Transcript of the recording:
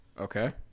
Okay